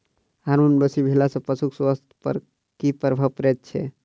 Hormone बेसी भेला सॅ पशुक स्वास्थ्य पर की प्रभाव पड़ैत छै?